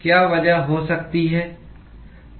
क्या वजह हो सकती है